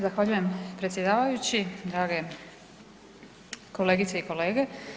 Zahvaljujem predsjedavajući, drage kolegice i kolege.